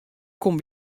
komme